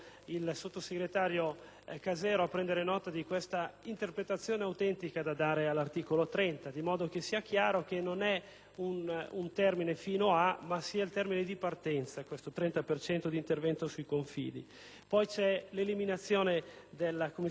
Casera a prendere nota di questa interpretazione autentica da dare all'articolo 30, in modo che sia chiaro che questo non è un termine «fino a», ma il termine di partenza per l'intervento sui confidi. Vi è inoltre l'eliminazione della commissione di massimo scoperto